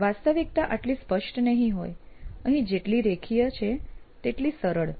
વાસ્તવિકતા આટલી સ્પષ્ટ નહિ હોય અહીં જેટલી રેખીય છે તેટલી સરળ